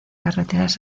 carreteras